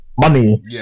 money